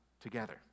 together